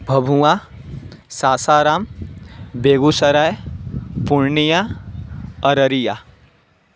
Bhabua Sasaram Begusarai Purnia Araria